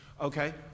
okay